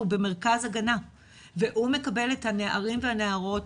הוא במרכז הגנה והוא מקבל את הנערים והנערות,